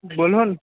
बोलहो ने